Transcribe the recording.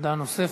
עמדה נוספת.